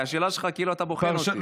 כי השאלה שלך היא כאילו אתה בוחן אותי.